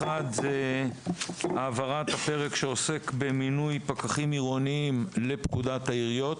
ראשית העברת הפרק שעוסק במינוי פקחים עירוניים לפקודת העיריות,